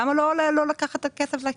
למה לו לא לקחת את הכסף לכיס,